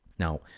Now